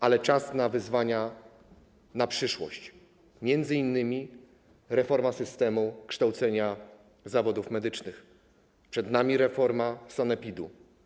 Ale czas na wyzwania na przyszłość - m.in. reforma systemu kształcenia zawodów medycznych, przed nami reforma sanepidu.